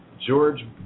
George